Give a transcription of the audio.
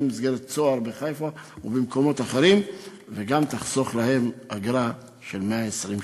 במסגרת "צהר" בחיפה ובמקומות אחרים וגם תחסוך להם אגרה של 120 ש"ח.